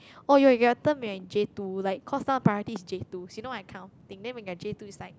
oh you're you're turn when you're in J two like cause some priorities is J twos you know that kind of thing then when you're J two is like